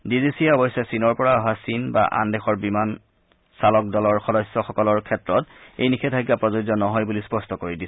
D G C এয়ে অৰশ্যে চীনৰ পৰা অহা চীনা বা আন দেশৰ বিমান চালক দলৰ সদস্যসকলৰ ক্ষেত্ৰত এই নিষেধাজ্ঞা প্ৰযোজ্য নহয় বুলি স্পষ্ট কৰি দিছে